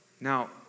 Now